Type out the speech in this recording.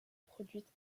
produite